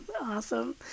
Awesome